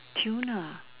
tuna